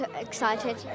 excited